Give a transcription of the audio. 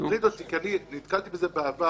זה מטריד אותי כי נתקלתי בזה בעבר.